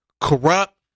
Corrupt